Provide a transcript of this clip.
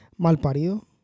malparido